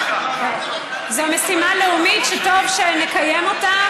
זו משימה לאומית שטוב שנקיים אותה,